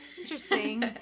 interesting